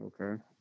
Okay